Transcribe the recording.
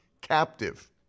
captive